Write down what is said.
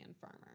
Farmer